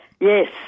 yes